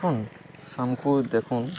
ଦେଖନ୍ ସମ୍ କୁ ଦେଖନ୍